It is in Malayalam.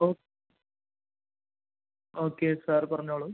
ഓ ഓക്കെ സാറ് പറഞ്ഞോളു